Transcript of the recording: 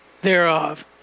thereof